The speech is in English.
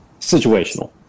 Situational